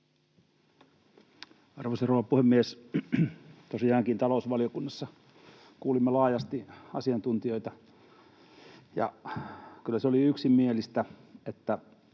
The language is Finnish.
Arvoisa rouva puhemies! Tosiaankin, talousvaliokunnassa kuulimme laajasti asiantuntijoita, ja kyllä se oli yksimielistä, että